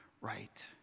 right